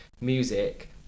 music